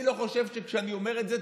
אני לא חושב שכאשר אני אומר את זה,